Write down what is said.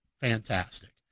fantastic